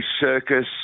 circus